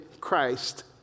Christ